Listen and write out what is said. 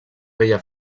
bella